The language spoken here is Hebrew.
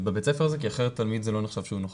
כי אחרת זה לא נחשב שהתלמיד נוכח.